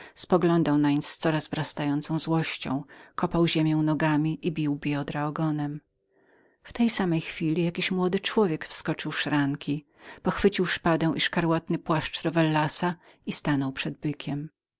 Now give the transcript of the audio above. poglądał nań z coraz wzrastającą złością kopał ziemię nogami i bił biodra ogonem w tej samej chwili jakiś młody człowiek wskoczył w szranki pochwycił szpadę i płaszcz czerwony rowellasa i stanął przed bykiem